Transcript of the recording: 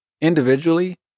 Individually